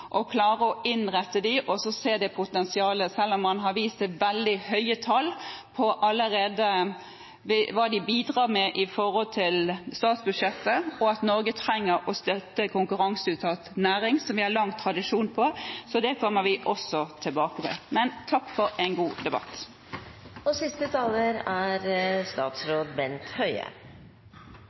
og klare å innrette dem og se potensialet, selv om man har vist til veldig høye tall for hva de bidrar med i forhold til statsbudsjettet, og at Norge trenger å støtte konkurranseutsatt næring, som vi har lang tradisjon for, så det kommer vi også tilbake til. Takk for en god debatt. Jeg vil også takke for en god debatt, der vi utfordrer hverandre på et veldig viktig område. Jeg er